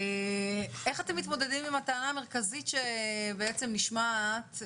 איך אתם מתמודדים עם הטענה המרכזית שבעצם נשמעת,